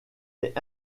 est